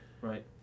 Right